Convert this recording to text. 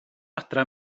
adre